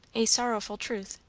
a sorrowful truth.